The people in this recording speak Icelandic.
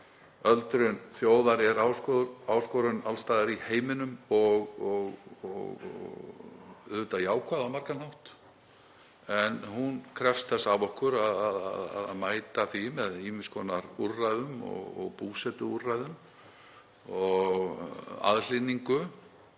Öldrun þjóðar er áskorun alls staðar í heiminum og auðvitað jákvæð á margan hátt en hún krefst þess af okkur að mæta henni með ýmiss konar úrræðum og búsetuúrræðum og aðhlynningu.